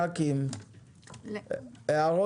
אין.